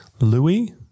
Louis